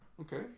Okay